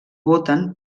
voten